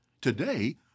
Today